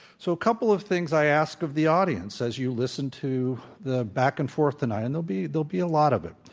so, a couple of things i ask of the audience, as you listen to the back and forth tonight. and there'll be there'll be a lot of it.